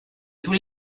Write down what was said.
tous